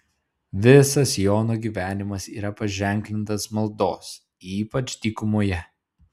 visas jono gyvenimas yra paženklintas maldos ypač dykumoje